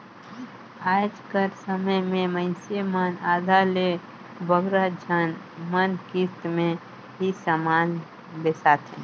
आएज कर समे में मइनसे मन आधा ले बगरा झन मन किस्त में ही समान बेसाथें